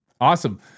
Awesome